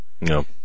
No